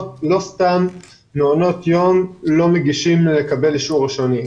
לא סתם מעונות יום לא מגישים בקשה לקבלת אישור ראשוני.